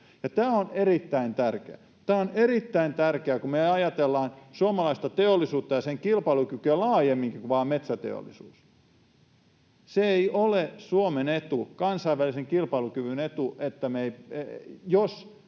tämä on erittäin tärkeää, kun me ajatellaan suomalaista teollisuutta ja sen kilpailukykyä laajemminkin kuin vain metsäteollisuutta. Ei ole Suomen etu ja kansainvälisen kilpailukyvyn etu, jos Suomen